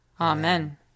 Amen